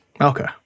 Okay